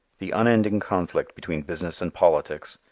the unending conflict between business and politics,